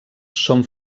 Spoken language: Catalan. són